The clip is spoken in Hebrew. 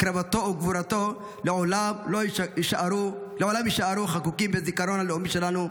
הקרבתו וגבורתו לעולם יישארו חקוקים בזיכרון הלאומי שלנו.